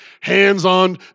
hands-on